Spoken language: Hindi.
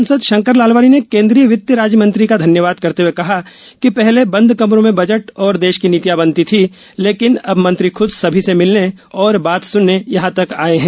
सांसद शंकर लालवानी ने केन्द्रीय वित्त राज्यमंत्री का धन्यवाद करते हुए कहा कि पहले बंद कमरों में बजट और देश की नीतियां बनती थी लेकिन अब मंत्री खूद सभी से मिलने और बात सुनने यहां तक आए हैं